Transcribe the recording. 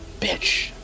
bitch